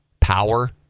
Power